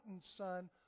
Son